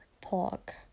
pork